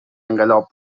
انقلاب